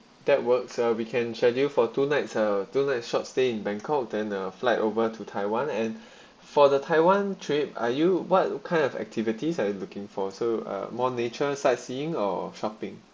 that works uh weekend schedule for two nights uh two nights short stay in bangkok then uh flight over to taiwan and for the taiwan trip are you what kind of activities are you looking for so uh more nature sightseeing or shopping